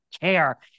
care